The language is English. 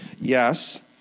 Yes